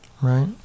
right